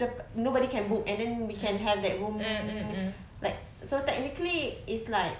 the nobody can book and then we can have that room like so technically it's like